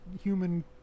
human